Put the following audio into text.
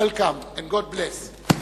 Welcome and God bless you.